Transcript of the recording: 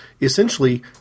essentially